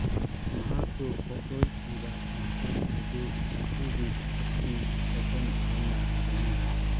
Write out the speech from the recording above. ꯃꯍꯥꯛꯄꯨ ꯄꯣꯠꯂꯣꯏꯈꯤꯕ ꯃꯐꯝ ꯑꯗꯨ ꯉꯁꯤꯗꯤ ꯁꯛꯇꯤ ꯁꯊꯟ ꯍꯥꯏꯅ ꯈꯪꯅꯩ